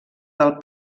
del